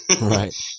Right